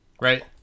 Right